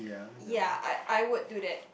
ya I I would do that